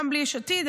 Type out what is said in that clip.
גם בלי יש עתיד,